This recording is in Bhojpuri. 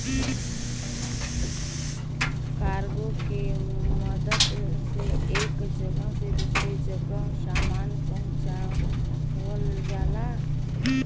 कार्गो के मदद से एक जगह से दूसरे जगह सामान पहुँचावल जाला